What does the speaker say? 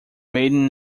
maiden